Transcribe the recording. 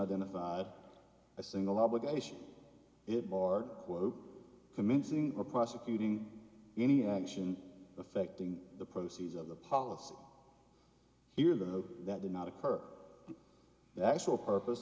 identified a single obligation it barred quote commencing a prosecuting any action affecting the proceeds of the policy here though that did not occur that actual purpose